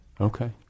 Okay